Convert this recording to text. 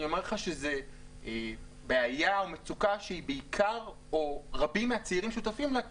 אני אומר לך שזה בעיה או מצוקה שרבים מהצעירים שותפים לה,